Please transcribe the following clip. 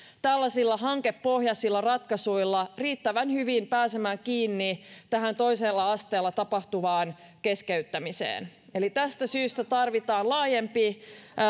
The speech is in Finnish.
tällaisilla hankepohjaisilla ratkaisuilla riittävän hyvin pääsemään kiinni tähän toisella asteella tapahtuvaan keskeyttämiseen eli tästä syystä tarvitaan laajempi